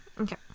Okay